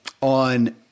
on